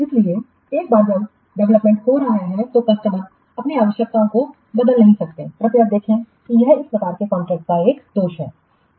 इसलिए एक बार जब डेवलपमेंट हो रहा है तो कस्टमर अपनी आवश्यकता को बदल नहीं सकते हैं कृपया देखें कि यह इस प्रकार के कॉन्ट्रैक्ट का दोष है